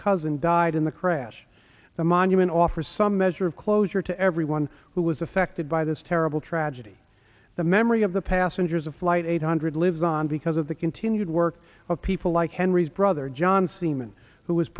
cousin died in the crash the monument offers some measure of closure to everyone who was affected by this terrible tragedy the memory of the passengers of flight eight hundred lives on because of the continued work of people like henry's brother